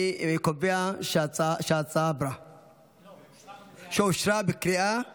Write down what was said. אני קובע שההצעה אושרה בקריאה השנייה.